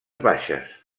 baixes